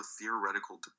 theoretical